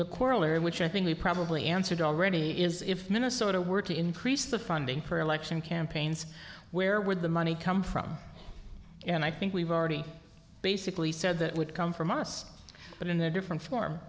the corollary which i think we probably answered already is if minnesota were to increase the funding for election campaigns where would the money come from and i think we've already basically said that would come from us but in a different